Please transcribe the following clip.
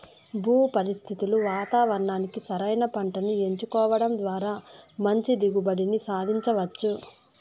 భూ పరిస్థితులు వాతావరణానికి సరైన పంటను ఎంచుకోవడం ద్వారా మంచి దిగుబడిని సాధించవచ్చు